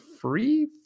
free